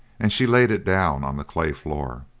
and she laid it down on the clay floor.